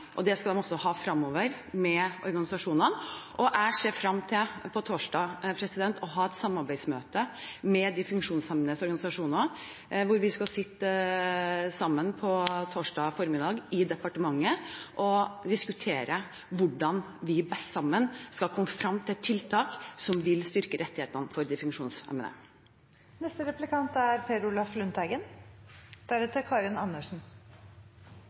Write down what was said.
– det skal de også ha fremover – og jeg ser frem til på torsdag formiddag å ha et samarbeidsmøte med de funksjonshemmedes organisasjoner hvor vi skal sitte sammen i departementet og diskutere hvordan vi sammen best kan komme frem til tiltak som vil styrke rettighetene til de funksjonshemmede. Det er